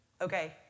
Okay